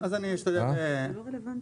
זו חברה